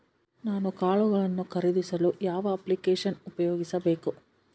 ನಾನು ಕಾಳುಗಳನ್ನು ಖರೇದಿಸಲು ಯಾವ ಅಪ್ಲಿಕೇಶನ್ ಉಪಯೋಗಿಸಬೇಕು?